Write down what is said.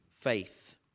faith